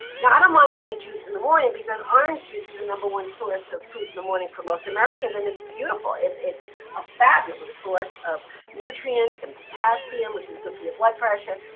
now i don't mind any juice in the morning because orange juice is the number one source of fruit in the morning for most americans. and it's beautiful. it's it's a fabulous source of nutrients and potassium, which is good for your blood pressure,